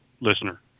listener